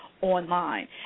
Online